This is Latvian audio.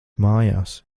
mājās